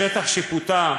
בשטח שיפוטה,